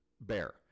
bear